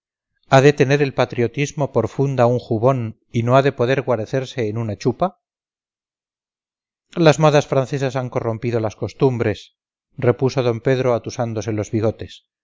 de tener el patriotismo por funda un jubón y no ha de poder guarecerse en una chupa las modas francesas han corrompido las costumbres repuso d pedro atusándose los bigotes